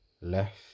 left